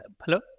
Hello